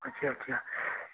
अच्छा अच्छा